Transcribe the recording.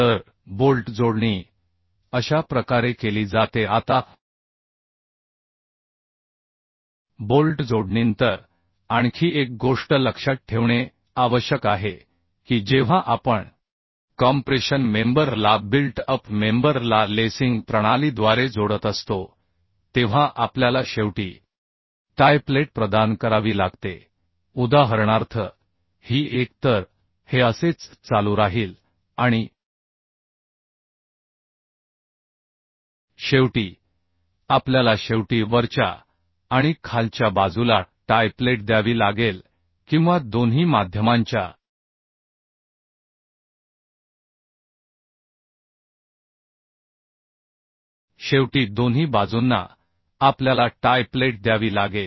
तर बोल्ट जोडणी अशा प्रकारे केली जाते आता बोल्ट जोडणीनंतर आणखी एक गोष्ट लक्षात ठेवणे आवश्यक आहे की जेव्हा आपण कॉम्प्रेशन मेंबर ला बिल्ट अप मेंबर ला लेसिंग प्रणालीद्वारे जोडत असतो तेव्हा आपल्याला शेवटी टाय प्लेट प्रदान करावी लागते उदाहरणार्थ ही एक तर हे असेच चालू राहील आणिशेवटी आपल्याला शेवटी वरच्या आणि खालच्या बाजूला टाय प्लेट द्यावी लागेल किंवा दोन्ही माध्यमांच्या शेवटी दोन्ही बाजूंना आपल्याला टाय प्लेट द्यावी लागेल